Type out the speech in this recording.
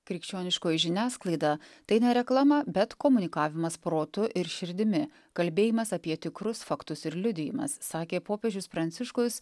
krikščioniškoji žiniasklaida tai ne reklama bet komunikavimas protu ir širdimi kalbėjimas apie tikrus faktus ir liudijimas sakė popiežius pranciškus